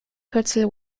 kürzel